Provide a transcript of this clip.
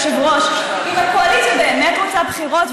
היושב-ראש: אם הקואליציה באמת רוצה בחירות,